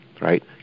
right